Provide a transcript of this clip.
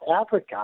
Africa